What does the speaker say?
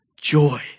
joy